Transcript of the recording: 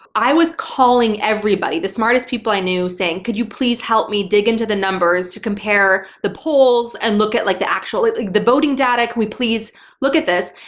i was calling everybody. the smartest people i knew saying, could you please help me dig into the numbers to compare the polls and look at like the actual, like the voting data, can we please look at this?